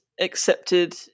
accepted